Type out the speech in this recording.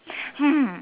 hmm